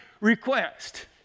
request